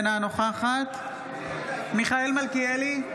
אינה נוכחת מיכאל מלכיאלי,